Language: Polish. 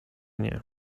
nie